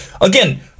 again